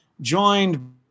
joined